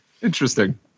Interesting